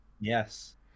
Yes